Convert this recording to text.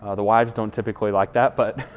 ah the wives don't typically like that, but